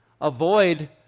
avoid